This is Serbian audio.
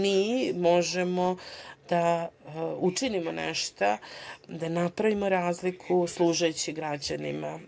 Mi možemo da učinimo nešto da napravimo razliku služeći građanima.